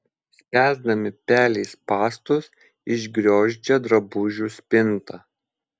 spęsdami pelei spąstus išgriozdžia drabužių spintą